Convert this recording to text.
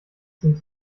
sind